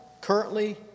currently